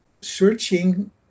searching